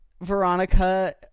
Veronica